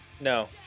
no